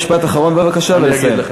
משפט אחרון בבקשה ולסיים.